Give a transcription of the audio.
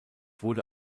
wurde